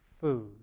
food